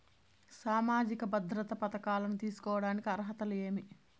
సామాజిక భద్రత పథకాలను తీసుకోడానికి అర్హతలు ఏమి?